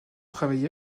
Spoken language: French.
travaillé